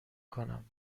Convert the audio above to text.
کنم